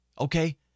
okay